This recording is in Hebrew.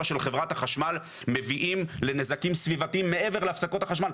של חברת החשמל מביאים לנזקים סביבתיים מעבר להפסקות החשמל.